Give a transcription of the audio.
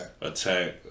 Attack